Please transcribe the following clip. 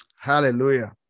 Hallelujah